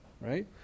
right